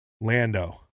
Lando